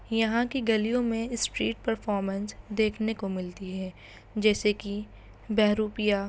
یہاں کی گلیوں میں اسٹریٹ پرفارمنس دیکھنے کو ملتی ہے جیسے کہ بہروپیہ